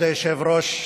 כבוד היושב-ראש,